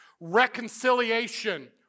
Reconciliation